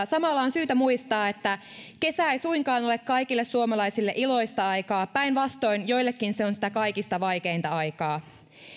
samalla on syytä muistaa että kesä ei suinkaan ole kaikille suomalaisille iloista aikaa päinvastoin joillekin se on sitä kaikista vaikeinta aikaa